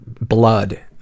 blood